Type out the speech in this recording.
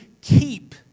keep